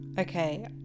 Okay